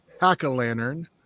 Hack-A-Lantern